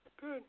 Good